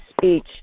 speech